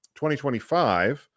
2025